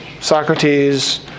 Socrates